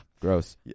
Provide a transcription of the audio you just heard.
Gross